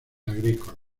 agrícolas